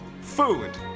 Food